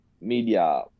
media